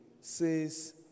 says